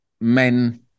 men